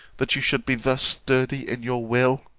that you should be thus sturdy in your will.